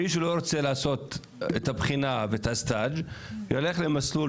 מי שלא רוצה לעשות את הבחינה ואת הסטאז' ילך למסלול